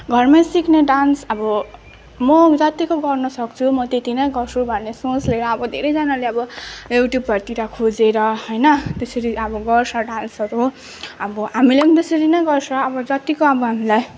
घरमै सिक्ने डान्स अब म जत्तिको गर्न सक्छु म त्यति नै गर्छु भन्ने सोचले अब धेरैजनाले अब युट्युबहरूतिर खोजेर होइन त्यसरी अब गर्छ डान्सहरू अब हामीले पनि त्यसरी नै गर्छ अब जत्तिको अब हामीलाई